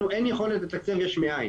לנו אין יכולת לתקצב יש מאין.